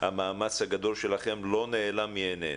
והמאמץ הגדול שלכם לא נעלם מעינינו.